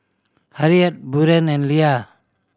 Harriet Buren and Lia